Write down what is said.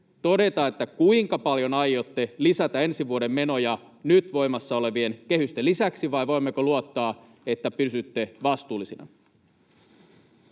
todeta, kuinka paljon aiotte lisätä ensi vuoden menoja nyt voimassa olevien kehysten lisäksi? Vai voimmeko luottaa, että pysytte vastuullisina?